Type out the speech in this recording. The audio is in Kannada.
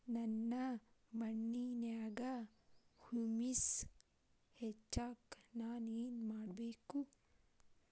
ನನ್ನ ಮಣ್ಣಿನ್ಯಾಗ್ ಹುಮ್ಯೂಸ್ ಹೆಚ್ಚಾಕ್ ನಾನ್ ಏನು ಮಾಡ್ಬೇಕ್?